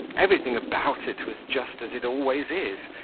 everything about it was just as it always is.